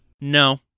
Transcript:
no